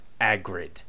Agrid